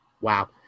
Wow